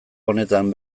honetan